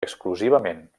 exclusivament